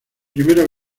primera